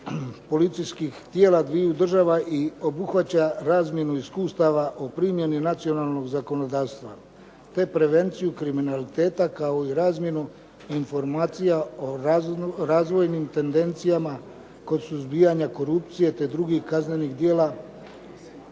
policijskih tijela dviju država i obuhvaća razmjenu iskustava o primjeni nacionalnog zakonodavstva te prevenciju kriminaliteta kao i razmjenu informacija o razvojnim tendencijama kod suzbijanja korupcije te drugih kaznenih djela.